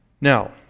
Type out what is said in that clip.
now